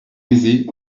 aisés